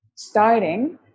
starting